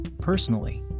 Personally